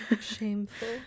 Shameful